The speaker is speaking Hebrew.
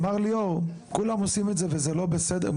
מר ליאור, כולם עושים את זה וזה לא בסדר.